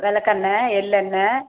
விளக்கெண்ண எள்ளெண்ண